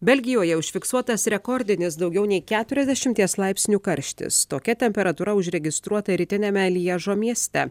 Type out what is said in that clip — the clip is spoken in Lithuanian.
belgijoje užfiksuotas rekordinis daugiau nei keturiasdešimties laipsnių karštis tokia temperatūra užregistruota rytiniame lježo mieste